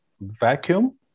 vacuum